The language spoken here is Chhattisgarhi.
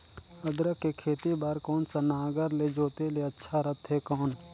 अदरक के खेती बार कोन सा नागर ले जोते ले अच्छा रथे कौन?